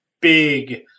big